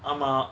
ஆமா:aama